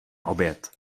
oběd